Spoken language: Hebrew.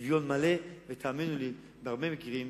שוויון מלא, ותאמינו לי, בהרבה מקרים,